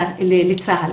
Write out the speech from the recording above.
לצה"ל.